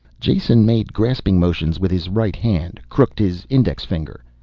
jason made grasping motions with his right hand, crooked his index finger.